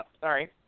sorry